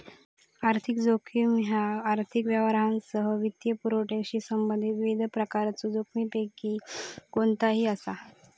आर्थिक जोखीम ह्या आर्थिक व्यवहारांसह वित्तपुरवठ्याशी संबंधित विविध प्रकारच्यो जोखमींपैकी कोणताही असा